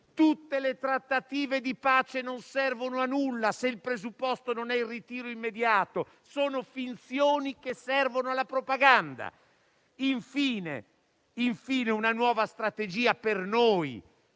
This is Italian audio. tutte le trattative di pace non servono a nulla se il presupposto non è il ritiro immediato. Sono finzioni che servono alla propaganda. Si chiede poi una nuova strategia energetica